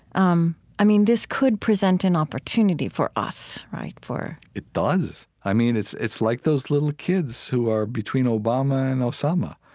um i mean, this could present an opportunity for us, right? for, it does. i mean, it's it's like those little kids who are between obama and osama.